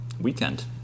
weekend